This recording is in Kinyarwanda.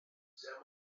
twe